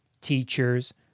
teachers